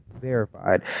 verified